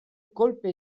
kolpe